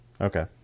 okay